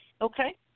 Okay